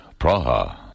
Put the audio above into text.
Praha. (